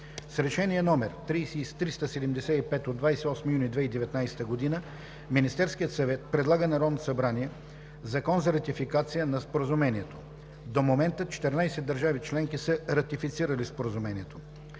С Решение № 375 от 28 юни 2019 г. Министерският съвет предлага на Народното събрание Закон за ратификация на Споразумението. До момента 14 държави членки са ратифицирали Споразумението.